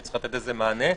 יש לתת לזה מענה.